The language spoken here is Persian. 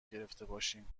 گرفتهباشیم